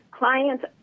Clients